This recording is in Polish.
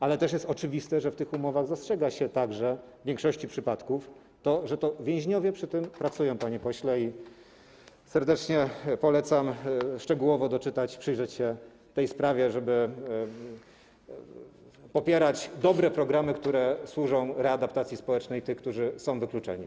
Ale też jest oczywiste, że w tych umowach zastrzega się także - w większości przypadków - to, że to więźniowie przy tym pracują, panie pośle, i serdecznie polecam szczegółowo doczytać, przyjrzeć się tej sprawie, żeby popierać dobre programy, które służą readaptacji społecznej tych, którzy są wykluczeni.